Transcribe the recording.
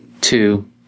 two